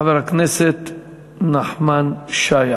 חבר הכנסת נחמן שי,